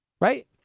Right